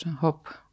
hope